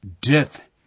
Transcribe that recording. Death